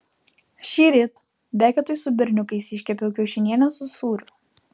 šįryt beketui su berniukais iškepiau kiaušinienę su sūriu